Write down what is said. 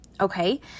okay